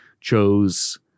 chose